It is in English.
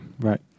Right